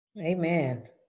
Amen